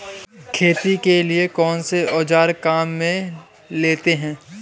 खेती के लिए कौनसे औज़ार काम में लेते हैं?